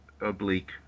oblique